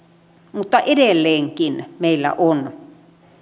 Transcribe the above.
mutta edelleenkin meillä on